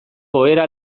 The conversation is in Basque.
ohera